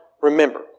remember